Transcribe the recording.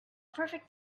perfect